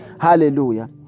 Hallelujah